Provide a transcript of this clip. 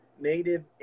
native